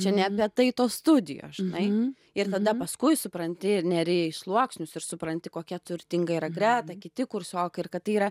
ne apie tai tos studijos žinai ir tada paskui supranti ir neri į sluoksnius ir supranti kokia turtinga yra greta kiti kursiokai ir kad tai yra